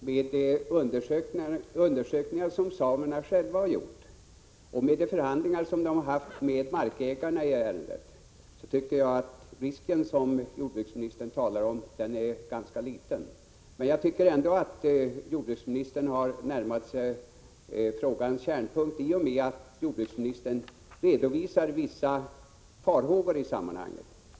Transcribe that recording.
Herr talman! Med tanke på de undersökningar som samerna själva gjort och de förhandlingar som de haft med markägarna i ärendet tycker jag att den risk jordbruksministern talar om är ganska liten. Men jag tycker ändå att jordbruksministern har närmat sig frågans kärnpunkt i och med att jordbruksministern redovisat vissa farhågor i sammanhanget.